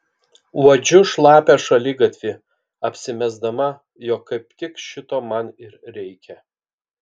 uodžiu šlapią šaligatvį apsimesdama jog kaip tik šito man ir reikia